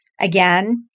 Again